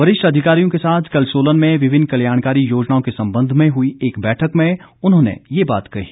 वरिष्ठ अधिकारियों के साथ कल सोलन में विभिन्न कल्याणकारी योजनाओं के संबंध में हुई एक बैठक में उन्होंने ये बात कही